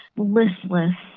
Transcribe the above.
listless.